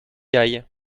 aille